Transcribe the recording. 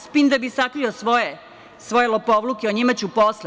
Spin da bi sakrio svoje lopovluke, a o njima ćemo posle.